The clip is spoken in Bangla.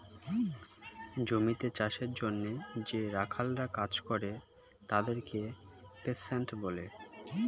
জমিতে চাষের জন্যে যে রাখালরা কাজ করে তাদেরকে পেস্যান্ট বলে